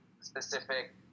specific